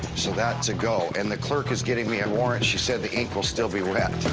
so that's a go. and the clerk is getting me a warrant. she said the ink will still be wet.